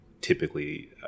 typically